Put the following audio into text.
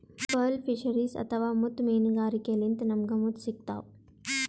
pearl fisheries ಅಥವಾ ಮುತ್ತ್ ಮೀನ್ಗಾರಿಕೆಲಿಂತ್ ನಮ್ಗ್ ಮುತ್ತ್ ಸಿಗ್ತಾವ್